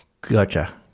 gotcha